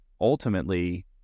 ultimately